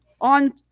on